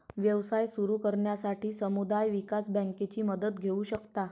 व्यवसाय सुरू करण्यासाठी समुदाय विकास बँकेची मदत घेऊ शकता